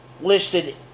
Listed